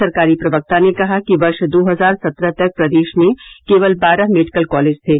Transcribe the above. सरकारी प्रवक्ता ने कहा कि वर्ष दो हजार सत्रह तक प्रदेश में केवल बारह मेडिकल कॉलेज थे